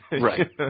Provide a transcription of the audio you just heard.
Right